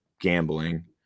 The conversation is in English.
gambling